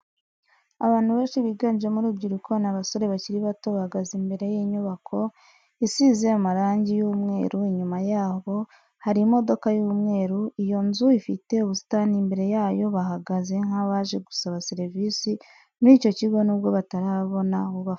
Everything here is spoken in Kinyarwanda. Abantu beshi biganjemo urubyiruko ni abasore bakiri bato bahagaze imber y'inyubako isize marangi y'umweru inyuma yabo hari imodoka y'umweru, iyo nzu ifite ubusitani imbere yayo, bahagaze nk'abaje gusaba serivisi muri iki kigo nubwo batarabona ubafasha.